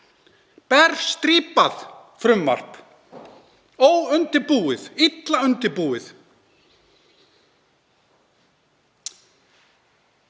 berstrípað frumvarp, óundirbúið, illa undirbúið.